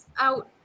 out